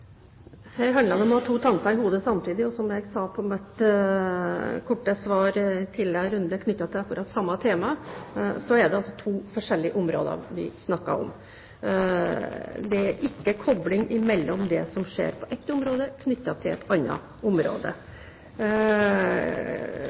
ha to tanker i hodet samtidig. Som jeg sa i mitt korte svar i en tidligere runde knyttet til akkurat samme tema, er det to forskjellige områder vi snakker om. Det er ikke kobling mellom det som skjer på ett område, og et annet område.